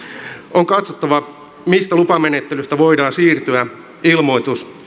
on katsottava mistä lupamenettelyistä voidaan siirtyä ilmoitus